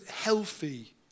healthy